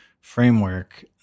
framework